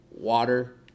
water